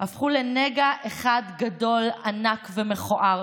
בכלל הפכו לנגע אחד גדול, ענק ומכוער